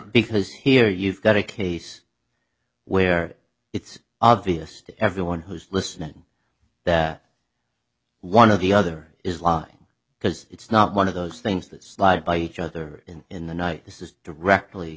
because here you've got a case where it's obvious to everyone who's listening that one of the other is lying because it's not one of those things that slide by each other in the night this is directly